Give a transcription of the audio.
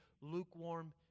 lukewarm